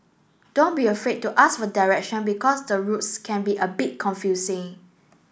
don't be afraid to ask for direction because the roads can be a bit confusing